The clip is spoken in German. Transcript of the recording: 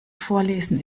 vorlesen